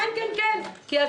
כן, כן, כן.